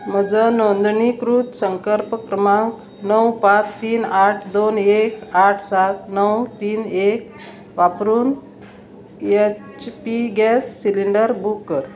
म्हजो नोंदणीकृत संकर्प क्रमांक णव पांच तीन आठ दोन एक आठ सात णव तीन एक वापरून H P gas cylinder book कर